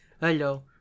Hello